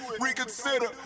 reconsider